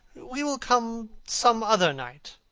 we will come some other night.